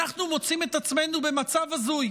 אנחנו מוצאים את עצמנו במצב הזוי